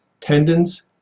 tendons